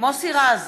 מוסי רז,